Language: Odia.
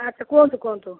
ଆଚ୍ଛା କୁହନ୍ତୁ କୁହନ୍ତୁ